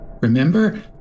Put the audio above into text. Remember